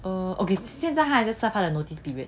err okay 现在他还在 sign 他的 notice period